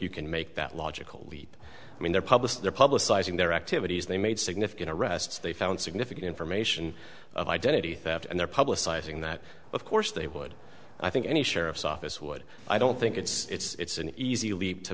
you can make that logical i mean they're published they're publicizing their activities they made significant arrests they found significant information of identity theft and they're publicizing that of course they would i think any sheriff's office would i don't think it's an easy leap to